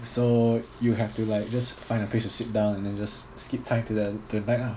so you have to like just find a place to sit down and then just skip time to the night lah